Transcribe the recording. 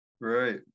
Right